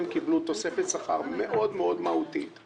לפיו הם קיבלו תוספת שכר מהותית מאוד.